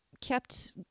kept